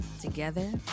Together